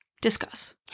Discuss